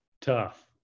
tough